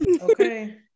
Okay